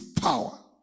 power